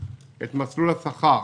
את מסלול השכר,